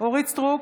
אורית מלכה סטרוק,